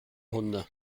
hunde